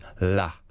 la